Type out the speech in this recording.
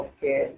Okay